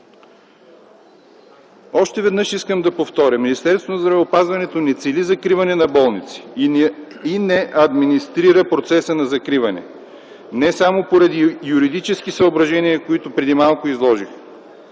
Още веднъж искам да повторя, че Министерството на здравеопазването не цели закриване на болници и не администрира процеса на закриване, не само поради юридически съображения, които преди малко изложих.